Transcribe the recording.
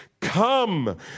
Come